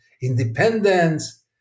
independence